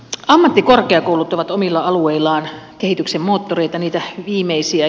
ammattikorkeakoulut ovat omilla alueillaan kehityksen moottoreita niitä viimeisiä